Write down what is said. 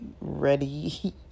ready